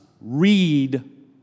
read